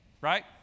right